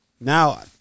now